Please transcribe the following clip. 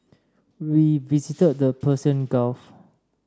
we visited the Persian Gulf